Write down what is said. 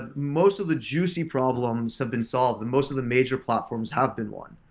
and most of the juicy problems have been solved and most of the major platforms have been won.